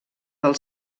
del